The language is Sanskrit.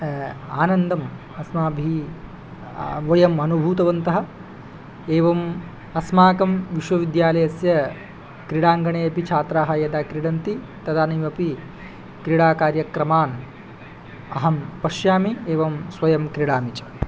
आनन्दम् अस्माभिः वयम् अनुभूतवन्तः एवम् अस्माकं विश्वविद्यालयस्य क्रीडाङ्गणेऽपि छात्राः यदा क्रीडन्ति तदानीमपि क्रीडाकार्यक्रमान् अहं पश्यामि एवं स्वयं क्रीडामि च